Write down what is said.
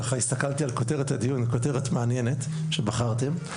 ככה הסתכלתי על כותרת הדיון כותרת מעניינת שבחרתם,